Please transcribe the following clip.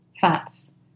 fats